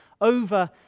over